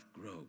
grow